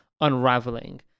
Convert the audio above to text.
unraveling